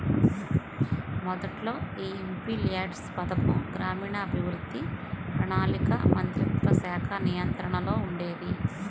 మొదట్లో యీ ఎంపీల్యాడ్స్ పథకం గ్రామీణాభివృద్ధి, ప్రణాళికా మంత్రిత్వశాఖ నియంత్రణలో ఉండేది